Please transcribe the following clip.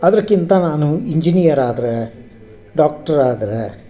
ಅದಕ್ಕಿಂತ ನಾನು ಇಂಜಿನಿಯರ್ ಆದರೆ ಡಾಕ್ಟ್ರ್ ಆದರೆ